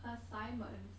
assignments